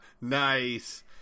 Nice